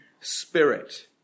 spirit